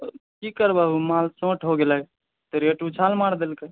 की करबह माल शॉर्ट हो गेलै हँ रेट उछाल मारि देलकै